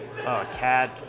CAD